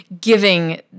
giving